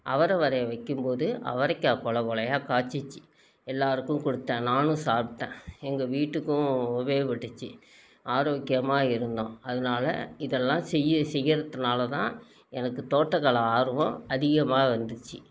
அவரை வெரையை வைக்கும்போது அவரைக்காய் கொலகொலையாக காய்ச்சிச்சி எல்லாருக்கும் கொடுத்தேன் நானும் சாப்பிட்டேன் எங்கள் வீட்டுக்கும் உபயோகப்பட்டுச்சு ஆரோக்கியமாக இருந்தோம் அதனால இதெல்லாம் செய் செய்யிறத்துனாலதான் எனக்கு தோட்டக்கலை ஆர்வம் அதிகமாக வந்துச்சு